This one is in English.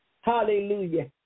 Hallelujah